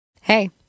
Hey